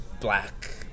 black